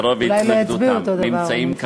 אולי הם לא יצביעו אותו דבר, אבל נמצאים.